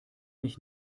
mich